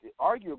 Arguably